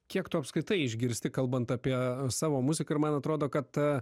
kiek tu apskritai išgirsti kalbant apie savo muziką ir man atrodo kad